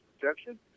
protection